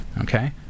Okay